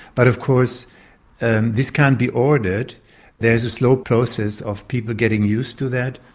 but of course and this can't be ordered there's a slow process of people getting used to that.